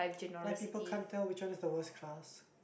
like people can't tell which one is the worse class